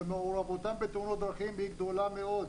ומעורבותם בתאונות דרכים היא גדולה מאוד.